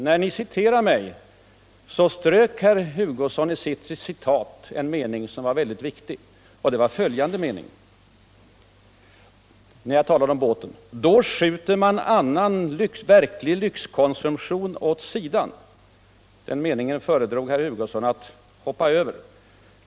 När han citerade mig strök han en mening som var viktig för sammanhanget, nämligen följande: ”Då skjuter man annan verklig lyykonsumtion åt sidan.” Den meningen föredrog herr Hugosson att hoppa över.